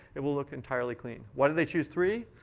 it will look entirely clean. why did they choose three?